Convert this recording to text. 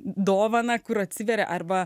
dovaną kur atsiveria arba